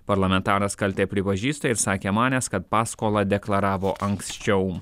parlamentaras kaltę pripažįsta ir sakė manęs kad paskolą deklaravo anksčiau